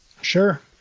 Sure